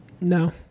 No